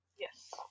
Yes